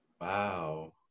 Wow